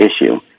issue